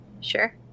Sure